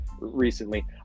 recently